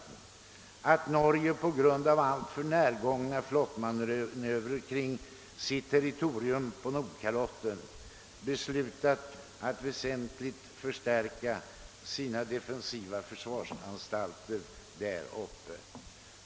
De framhöll att Norge på grund av alltför närgångna flottmanövrer kring sitt territorium på Nordkalotten har beslutat att väsentligt förstärka sina defensiva försvarsanstalter där uppe.